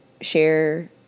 share